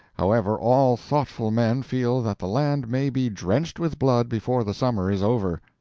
however, all thoughtful men feel that the land may be drenched with blood before the summer is over.